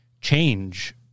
change